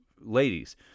ladies